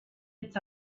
its